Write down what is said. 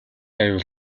аюул